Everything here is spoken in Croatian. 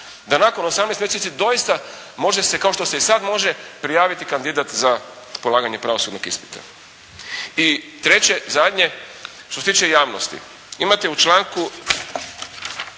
da nakon 18 mjeseci doista može se kao što se i sad može prijaviti kandidat za polaganje pravosudnog ispita. I treće zadnje, što se tiče javnosti imate u članku